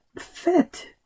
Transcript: fit